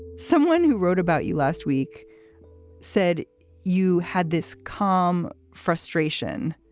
someone who wrote about you last week said you had this calm frustration.